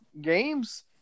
games